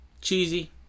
Cheesy